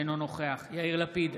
אינו נוכח יאיר לפיד,